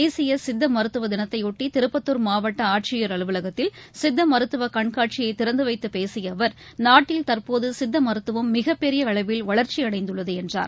தேசியசித்தமருத்துவதினத்தைபொட்டிதிருப்பத்தூர் மாவட்ட்ஷட்சியர் அறுவலகத்தில் சித்தமருத்துவகண்காட்சியைதிறந்துவைத்துபேசியஅவர் நாட்டில் தற்போதுசித்தமருத்துவம் மிகப்பெரியஅளவில் வளர்ச்சிஅடைந்துள்ளதுஎன்றார்